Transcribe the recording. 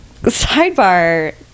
Sidebar